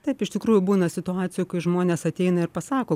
taip iš tikrųjų būna situacijų kai žmonės ateina ir pasako